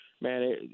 man